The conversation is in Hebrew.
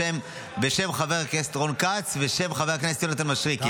בשם חבר הכנסת רון כץ ובשם חבר כנסת יונתן מישרקי.